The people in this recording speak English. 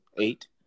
eight